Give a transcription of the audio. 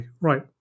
right